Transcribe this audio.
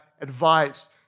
Advice